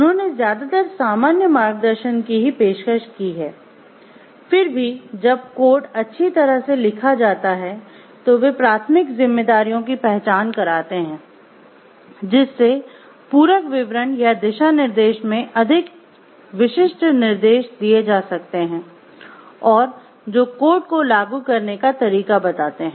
उन्होंने ज्यादातर सामान्य मार्गदर्शन की ही पेशकश की है फिर भी जब कोड अच्छी तरह से लिखा जाता है तो वे प्राथमिक जिम्मेदारियों की पहचान कराते हैं जिससे पूरक विवरण या दिशानिर्देश में अधिक विशिष्ट निर्देश दिए जा सकते हैं और जो कोड को लागू करने का तरीका बताते हैं